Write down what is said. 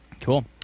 Cool